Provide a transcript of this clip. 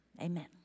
Amen